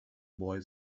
boy